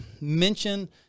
mention